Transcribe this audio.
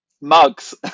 Mugs